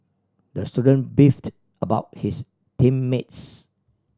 the student beefed about his team mates